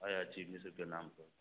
अयाची मिश्रके नाम पर